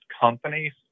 companies